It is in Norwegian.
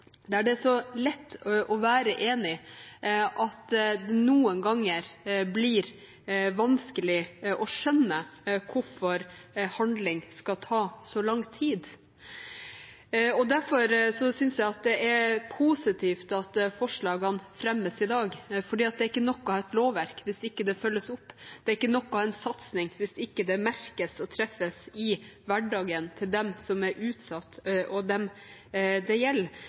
der det er veldig lett å være enig. Det er så lett å være enig at det noen ganger blir vanskelig å skjønne hvorfor handling skal ta så lang tid. Derfor synes jeg det er positivt at forslagene fremmes i dag, for det er ikke nok å ha et lovverk hvis det ikke følges opp, og det er ikke nok å ha en satsing hvis det ikke merkes eller treffer i hverdagen til dem som er utsatt, og dem det